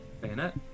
bayonet